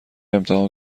امتحان